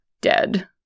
dead